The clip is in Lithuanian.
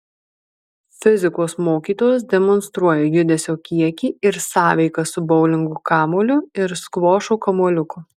fizikos mokytojas demonstruoja judesio kiekį ir sąveiką su boulingo kamuoliu ir skvošo kamuoliuku